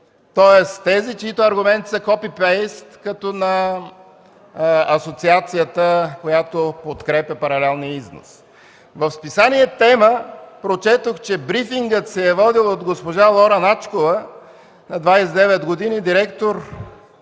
тоест, тези, чиито аргументи са като копи-пейст на асоциацията, която подкрепя паралелния износ. В списание „Тема” прочетох, че брифингът се е водил от госпожа Лора Начкова – на 29 години, директор,